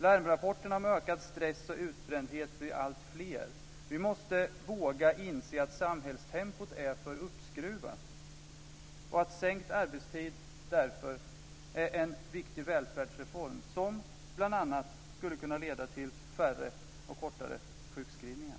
Larmrapporterna om ökad stress och utbrändhet blir alltfler. Vi måste våga inse att samhällstempot är för uppskruvat, och att sänkt arbetstid därför är en viktig välfärdsreform som bl.a. skulle kunna leda till färre och kortare sjukskrivningar.